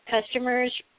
customers